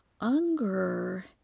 Unger